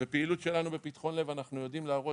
בפעילות שלנו בפתחון לב אנחנו יודעים להראות